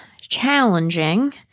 challenging